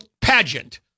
pageant